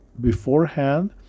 beforehand